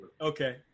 okay